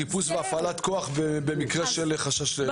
חיפוש והפעלת כוח במקרה של חשש,